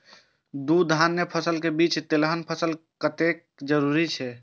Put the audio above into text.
दू धान्य फसल के बीच तेलहन फसल कतेक जरूरी छे?